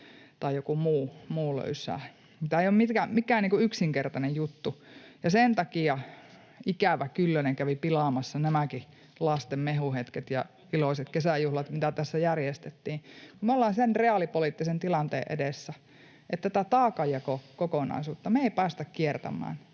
tai joku muu löysää. Tämä ei ole mikään yksinkertainen juttu. Ja sen takia ikävä Kyllönen kävi pilaamassa nämäkin lasten mehuhetket ja iloiset kesäjuhlat, mitä tässä järjestettiin. Me ollaan sen reaalipoliittisen tilanteen edessä, että tätä taakanjakokokonaisuutta me ei päästä kiertämään,